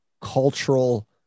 cultural